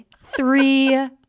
three